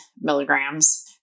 milligrams